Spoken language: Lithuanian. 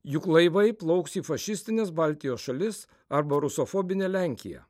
juk laivai plauks į fašistines baltijos šalis arba rusofobinę lenkiją